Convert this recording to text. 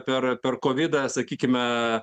per per kovidą sakykime